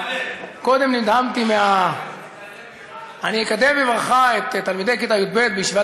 אני אקדם בברכה את תלמידי כיתה י"ב מישיבת